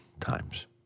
times